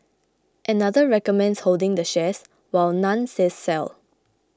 another recommends holding the shares while none says sell